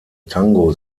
tango